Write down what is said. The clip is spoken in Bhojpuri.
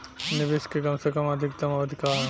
निवेश के कम से कम आ अधिकतम अवधि का है?